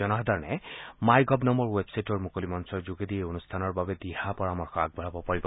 জনসাধাৰণে MyGov নামৰ ৱেবছাইটোৰ মুকলি মঞ্চৰ যোগেদি এই অনুষ্ঠানৰ বাবে দিহা পৰামৰ্শ আগবঢ়াব পাৰিব